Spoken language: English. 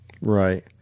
Right